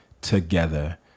together